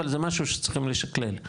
אבל זה משהו שצריכים לשקלל.